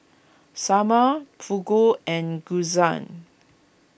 Sambar Fugu and Gyoza